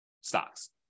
stocks